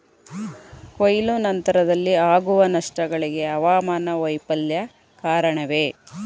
ಕೊಯ್ಲು ನಂತರದಲ್ಲಿ ಆಗುವ ನಷ್ಟಗಳಿಗೆ ಹವಾಮಾನ ವೈಫಲ್ಯ ಕಾರಣವೇ?